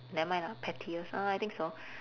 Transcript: never mind lah pettiest um I think so